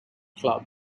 club